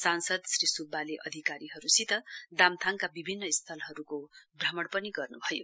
संसद श्री सुब्बाले अधिकारीहरूसित दाम्थाङका विभिन्न स्थानहरूको भ्रमण गर्नुभयो